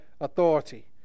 authority